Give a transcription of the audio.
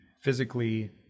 physically